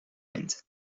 vindt